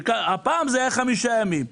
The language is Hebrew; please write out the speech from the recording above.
הפעם זה היה חמישה ימים.